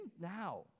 now